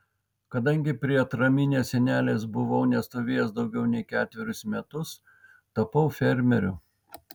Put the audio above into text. kadangi prie atraminės sienelės buvau nestovėjęs daugiau nei ketverius metus tapau fermeriu